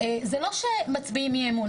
זה לא שמצביעים אי אמון.